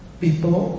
people